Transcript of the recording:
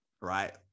right